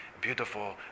beautiful